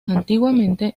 antiguamente